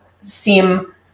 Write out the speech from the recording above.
seem